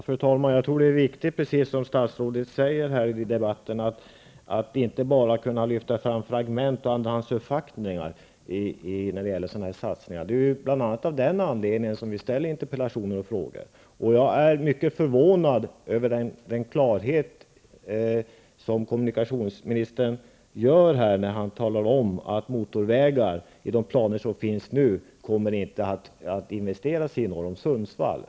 Fru talman! Precis som statsrådet sade är det viktigt att inte bara lyfta fram fragment av andrahandsuppfattningar när det gäller satsningar av den här typen. Det är av den anledningen som vi framställer interpellationer och frågor. Jag är mycket förvånad över den klarhet som kommunikationsministern visar när han talar om att det enligt de nuvarande planerna inte kommer att investeras i motorvägar norr om Sundsvall.